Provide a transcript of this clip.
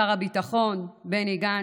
שר הביטחון בני גנץ,